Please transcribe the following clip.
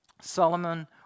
Solomon